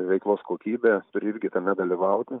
veiklos kokybę turi irgi tame dalyvauti